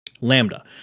Lambda